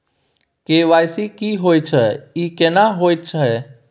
KYC की होय छै, ई केना होयत छै?